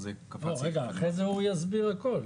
זה יסוד היסוד.